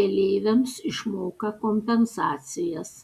keleiviams išmoka kompensacijas